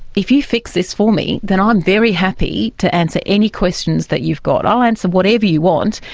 if you fix this for me then i'm very happy to answer any questions that you've got. i'll answer whatever you want,